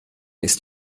ist